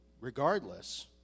regardless